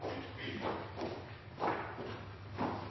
mye